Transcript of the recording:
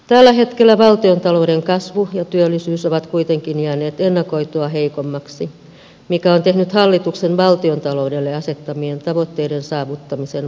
tällä hetkellä valtiontalouden kasvu ja työllisyys ovat kuitenkin jääneet ennakoitua heikommiksi mikä on tehnyt hallituksen valtiontaloudelle asettamien tavoitteiden saavuttamisen vaikeaksi